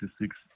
six